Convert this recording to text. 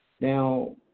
Now